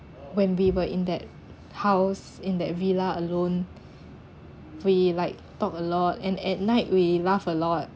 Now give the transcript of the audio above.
when we were in that house in that villa alone we like talk a lot and at night we laugh a lot